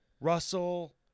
Russell